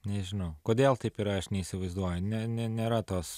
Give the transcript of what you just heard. nežinau kodėl taip yra aš neįsivaizduoju ne ne nėra tos